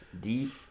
deep